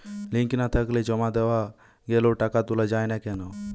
Link না থাকলে জমা দেওয়া গেলেও টাকা তোলা য়ায় না কেন?